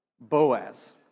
Boaz